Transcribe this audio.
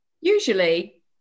usually